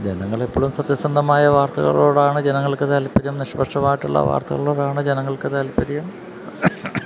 ജനങ്ങളെപ്പോഴും സത്യസന്ധമായ വാർത്തകളോടാണ് ജനങ്ങൾക്ക് താല്പര്യം നിഷ്പക്ഷമായിട്ടുള്ള വാർത്തകളോടാണ് ജനങ്ങൾക്ക് താല്പര്യം